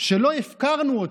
שלא הפקרנו אותו,